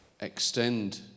extend